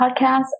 podcast